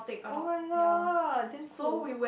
oh-my-god damn cool